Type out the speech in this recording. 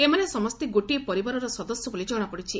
ଏମାନେ ସମସେ ଗୋଟିଏ ପରିବାରର ସଦସ୍ୟ ବୋଲି ଜଶାପଡ଼ିଛି